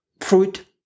fruit